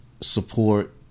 support